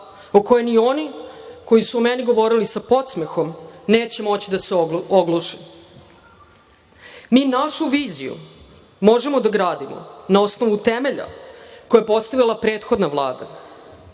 o kojoj ni oni, koji su o meni govorili sa podsmehom, neće moći da se ogluše. Mi našu viziju možemo da gradimo na osnovu temelja koji je postavila prethodna Vlada. Danas